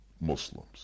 Muslims